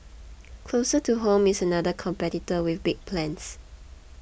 closer to home is another competitor with big plans